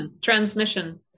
transmission